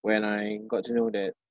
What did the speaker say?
when I got to know that